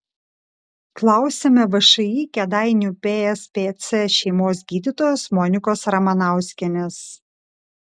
klausiame všį kėdainių pspc šeimos gydytojos monikos ramanauskienės